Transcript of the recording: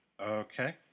Okay